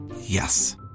Yes